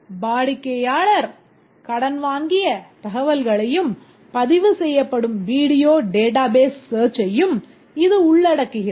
வாடிக்கையாளர்கள் கடன் வாங்கிய தகவல்களையும் பதிவு செய்யப்படும் வீடியோ database search ஐயும் இது உள்ளடக்குகிறது